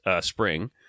spring